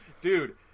Dude